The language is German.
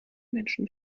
menschen